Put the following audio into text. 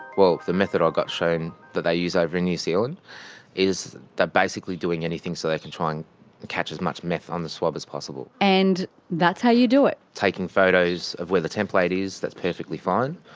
well the method i got shown that they use over in new zealand is they're basically doing anything so they can try and catch as much meth on the swab as possible. and that's how you do it. taking photos of where the template is. that's perfectly fine.